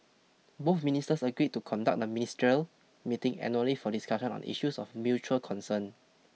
both ministers agreed to conduct the ministerial meeting annually for discussion on issues of mutual concern